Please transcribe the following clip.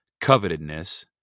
covetedness